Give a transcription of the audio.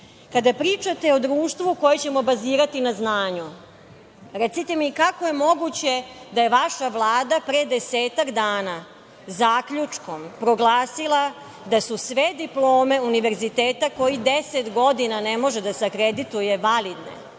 pričate o društvu koje ćemo bazirati na znanju, recite mi kako je moguće da je vaša Vlada pre 10-ak dana zaključkom proglasila da su sve diplome univerziteta koji 10 godina ne može da se akredituje validne?